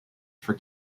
for